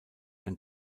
ein